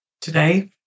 Today